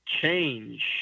change